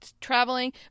traveling